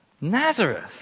Nazareth